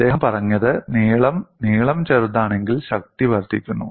അദ്ദേഹം പറഞ്ഞത് നീളം നീളം ചെറുതാണെങ്കിൽ ശക്തി വർദ്ധിക്കുന്നു